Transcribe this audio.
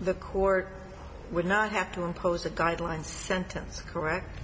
the court would not have to impose a guideline sentence correct